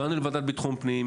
הגענו לוועדת ביטחון הפנים,